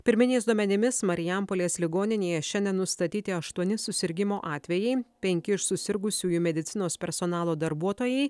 pirminiais duomenimis marijampolės ligoninėje šiandien nustatyti aštuoni susirgimo atvejai penki iš susirgusiųjų medicinos personalo darbuotojai